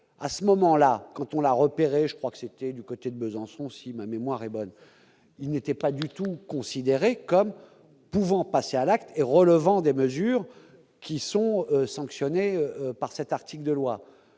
à ce moment-là, quand on la repère et je crois que c'était du côté de Besançon, si ma mémoire est bonne, il n'était pas du tout considéré comme pouvant passer à l'acte et relevant des mesures qui sont sanctionnés par cet article de loi,